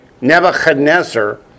Nebuchadnezzar